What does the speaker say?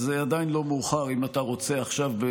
אז עדיין לא מאוחר אם אתה רוצה עכשיו.